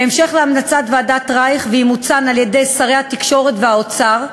בהמשך להמלצות ועדת רייך ואימוצן על-ידי שרי התקשורת והאוצר,